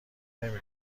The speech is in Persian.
نمی